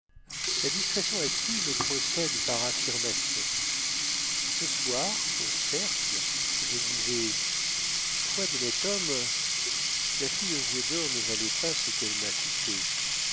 la discrétion active procède par affirmation si ce soir au cercle je disais foi d'honnête homme la fille aux yeux d'or ne valait pas ce qu'elle m'a coûté